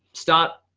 start,